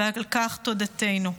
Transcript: ועל כך תודתנו.